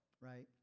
right